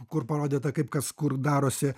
kur parodyta kaip kas kur darosi